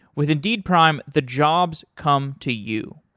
with indeed prime, the jobs come to you.